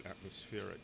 atmospheric